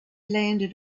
landed